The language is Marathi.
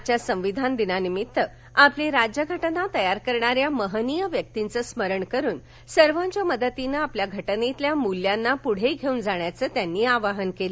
आजच्या संविधान दिना निमित्त आपली राज्य घटना तयार करणाऱ्या महनीय व्यक्तींचं स्मरण करून सर्वांच्या मदतीनं आपल्या घटनेतल्या मूल्यांना पुढे घेवून जाण्याचं आवाहन त्यांनी केलं